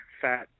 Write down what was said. fat